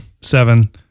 Seven